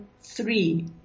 three